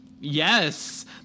Yes